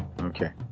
Okay